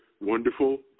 wonderful